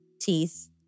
teeth